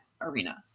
arena